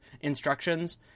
instructions